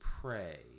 pray